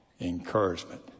encouragement